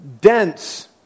dense